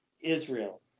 Israel